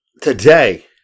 today